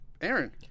Aaron